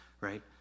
right